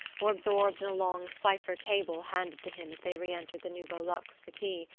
or absorbed in a long cipher cable handed to him as they re-entered the nouveau luxe for tea,